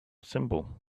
symbol